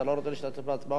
ואתה לא רוצה להשתתף בהצבעות,